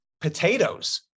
Potatoes